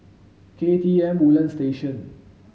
K T M Woodlands Station